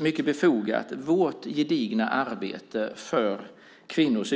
Mycket befogat nämndes vårt gedigna arbete för utsatta kvinnor